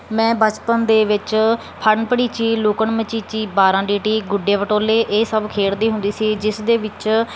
ਮੈਂ ਬਚਪਨ ਦੇ ਵਿੱਚ ਫੜਨ ਭੜ੍ਹੀਚੀ ਲੁਕਣ ਮੀਚੀ ਬਾਰਾਂ ਗੀਟੀ ਗੁੱਡੇ ਪਟੋਲੇ ਇਹ ਸਭ ਖੇਡਦੀ ਹੁੰਦੀ ਸੀ ਜਿਸ ਦੇ ਵਿੱਚ